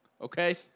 okay